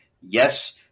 Yes